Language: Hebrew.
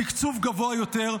תקצוב גבוה יותר,